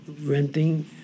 renting